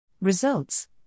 Results